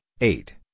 eight